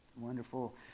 wonderful